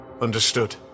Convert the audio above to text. Understood